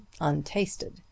untasted